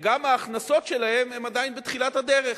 וגם ההכנסות שלהן הן עדיין בתחילת הדרך,